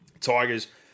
Tigers